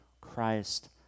Christ